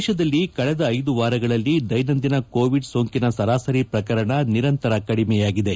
ದೇಶದಲ್ಲಿ ಕಳೆದ ಐದು ವಾರಗಳಲ್ಲಿ ದೈನಂದಿನ ಕೋವಿಡ್ ಸೋಂಕಿನ ಸರಾಸರಿ ಪ್ರಕರಣ ನಿರಂತರ ಕಡಿಮೆಯಾಗಿದೆ